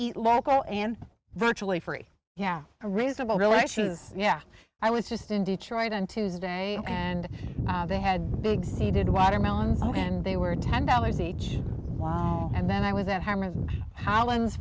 eat local and virtually free yeah a reasonable delicious yeah i was just in detroit on tuesday and they had big seeded watermelons when they were ten dollars each and then i was at hammer holland's